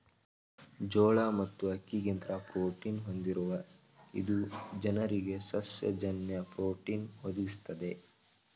ಜೋಳ ಮತ್ತು ಅಕ್ಕಿಗಿಂತ ಪ್ರೋಟೀನ ಹೊಂದಿರುವ ಇದು ಜನರಿಗೆ ಸಸ್ಯ ಜನ್ಯ ಪ್ರೋಟೀನ್ ಒದಗಿಸ್ತದೆ